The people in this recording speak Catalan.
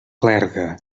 clergue